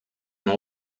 nom